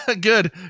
Good